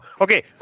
Okay